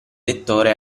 lettore